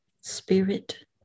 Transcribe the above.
spirit